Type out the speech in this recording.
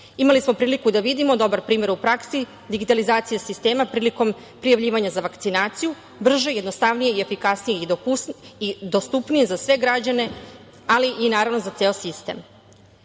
Imali smo priliku da vidimo dobar primer u praksi, digitalizacija sistema prilikom prijavljivanja za vakcinaciju brže, jednostavnije i efikasniji i dostupniji za sve građane, ali i naravno za ceo